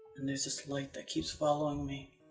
and there's this light that keeps following me.